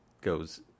goes